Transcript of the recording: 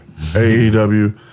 AEW